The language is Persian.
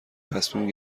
تصمیم